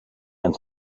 ins